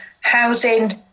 housing